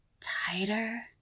tighter